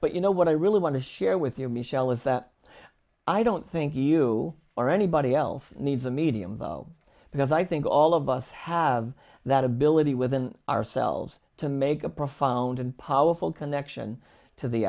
but you know what i really want to share with you michel is that i don't think you or anybody else needs a medium though because i think all of us have that ability within ourselves to make a profound and powerful connection to the